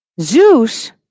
Zeus